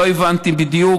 לא הבנתי בדיוק,